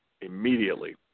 immediately